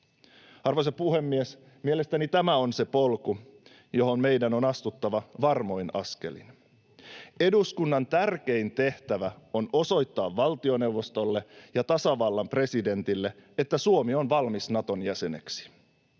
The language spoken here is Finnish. Arvoisa puhemies! Mielestäni tämä on se polku, johon meidän on astuttava varmoin askelin. Eduskunnan tärkein tehtävä on osoittaa valtioneuvostolle ja tasavallan presidentille, että Suomi on valmis Naton jäseneksi.